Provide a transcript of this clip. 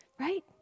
right